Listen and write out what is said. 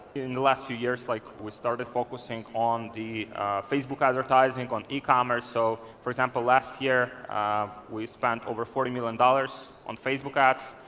in the last few years, like we started focusing on the facebook advertising, on ecommerce. so for example, last year we spent over forty million dollars on facebook ads,